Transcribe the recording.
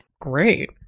great